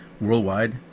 Worldwide